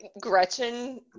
Gretchen